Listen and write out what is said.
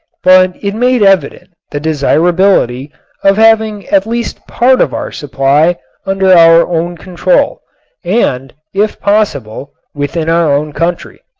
but it made evident the desirability of having at least part of our supply under our own control and, if possible, within our own country.